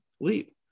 leap